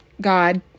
God